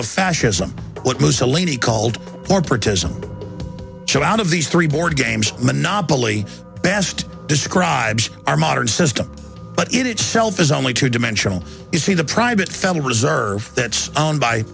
of fascism what mussolini called corporatism chill out of these three board games monopoly best describes our modern system but it itself is only two dimensional is the the private federal reserve that's owned by